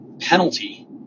penalty